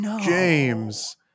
James